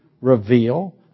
Reveal